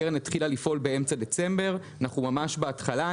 הקרן התחילה לפעול באמצע דצמבר; אנחנו ממש בהתחלה.